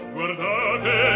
Guardate